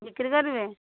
ବିକ୍ରି କରିବେ